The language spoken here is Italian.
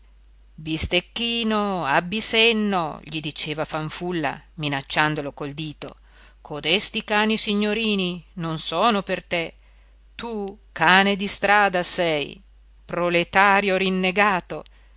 reclamarlo bistechino abbi senno gli diceva fanfulla minacciandolo col dito codesti cani signorini non sono per te tu cane di strada sei proletario rinnegato